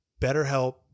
BetterHelp